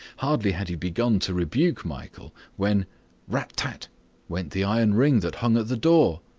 hardly had he begun to rebuke michael, when rat-tat went the iron ring that hung at the door.